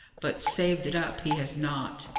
but saved it up he has not.